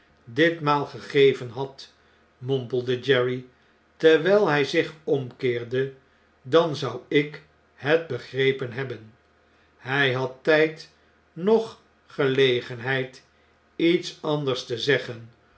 ditmaal gegeven had mompelde jerry terwjjl hij zicn omkeerde dan zou ik het begrepen hebben hg had tjjd noch gelegenheid iets anders te zeggen